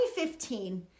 2015